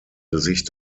sich